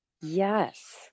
yes